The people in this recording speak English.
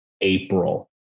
April